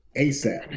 ASAP